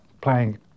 playing